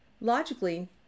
Logically